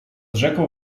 rzeką